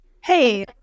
Hey